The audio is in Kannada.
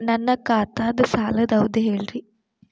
ನನ್ನ ಖಾತಾದ್ದ ಸಾಲದ್ ಅವಧಿ ಹೇಳ್ರಿ